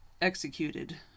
executed